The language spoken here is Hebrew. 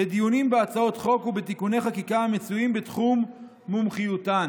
לדיונים בהצעות חוק ובתיקוני חקיקה המצויים בתחום מומחיותן".